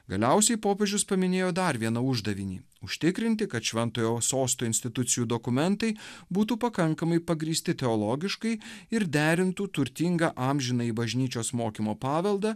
galiausiai popiežius paminėjo dar vieną uždavinį užtikrinti kad šventojo sosto institucijų dokumentai būtų pakankamai pagrįsti teologiškai ir derintų turtingą amžinąjį bažnyčios mokymo paveldą